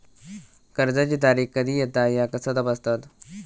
कर्जाची तारीख कधी येता ह्या कसा तपासतत?